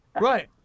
right